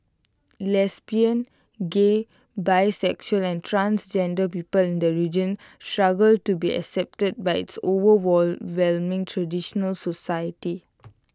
lesbian gay bisexual and transgender people in the region struggle to be accepted by its traditional societies